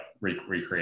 recreate